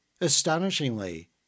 Astonishingly